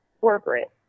corporate